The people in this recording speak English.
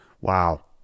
Wow